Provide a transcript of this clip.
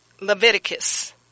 Leviticus